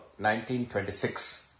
1926